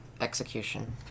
execution